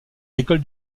l’école